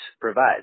provides